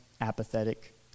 apathetic